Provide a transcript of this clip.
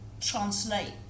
translate